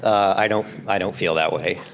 i don't i don't feel that way,